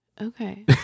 Okay